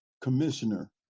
commissioner